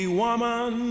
woman